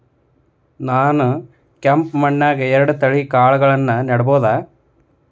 ನಾನ್ ಕೆಂಪ್ ಮಣ್ಣನ್ಯಾಗ್ ಎರಡ್ ತಳಿ ಕಾಳ್ಗಳನ್ನು ನೆಡಬೋದ?